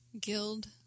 Guild